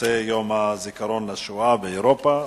לנושא יום הזיכרון לשואה באירופה.